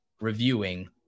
reviewing